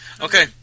Okay